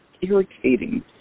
irritating